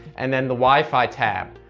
and then the wi-fi tab.